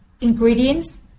ingredients